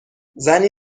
زنی